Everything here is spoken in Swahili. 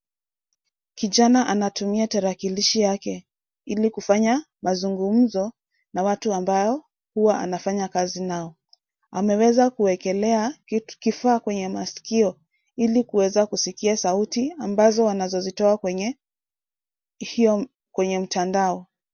Kijana anatumia tarakilishi yake ili kufanya mazungumzo na watu ambao huwa anafanya kazi nao. Ameweza kuwekelea kifaa kwenye masikio ili kuweza kusikia sauti ambazo wanazozitoa kwenye mtandao.